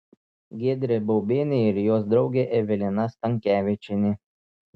giedrė baubienė ir jos draugė evelina stankevičienė